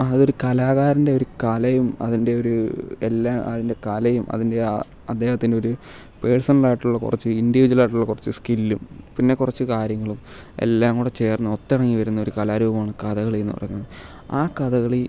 അതൊരു കലാകാരൻ്റെ ഒരു കലയും അതിൻ്റെയൊരു എല്ലാം അതിൻ്റെ കലയും അതിൻ്റെ ആ അദ്ദേഹത്തിൻ്റെ ഒരു പേഴ്സണൽ ആയിട്ടുള്ള കുറച്ച് ഇൻഡിവിജ്വൽ ആയിട്ടുള്ള കൊറച്ച് സ്കില്ലും പിന്നെ കുറച്ച് കാര്യങ്ങളും എല്ലാം കൂടെ ചേർന്ന് ഒത്തിണങ്ങി വരുന്ന ഒരു കലാരൂപമാണ് കഥകളിയെന്ന് പറയുന്നത് ആ കഥകളി